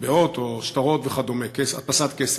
מטבעות או שטרות וכדומה, הדפסת כסף.